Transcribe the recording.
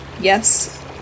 Yes